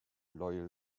loyal